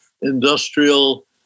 industrial